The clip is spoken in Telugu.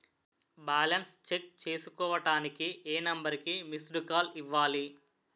బాలన్స్ చెక్ చేసుకోవటానికి ఏ నంబర్ కి మిస్డ్ కాల్ ఇవ్వాలి?